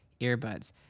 earbuds